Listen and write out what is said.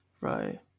Right